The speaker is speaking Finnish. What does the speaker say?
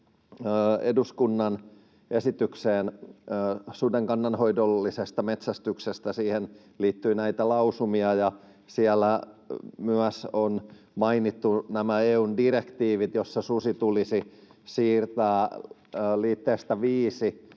eduskunnan esitykseen suden kannanhoidollisesta metsästyksestä liittyy näitä lausumia, ja siellä myös on mainittu nämä EU:n direktiivit, joissa susi tulisi siirtää liitteestä viisi